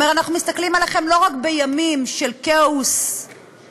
אומרים: אנחנו מסתכלים עליכם לא רק בימים של כאוס ביטחוני,